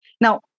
Now